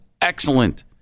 excellent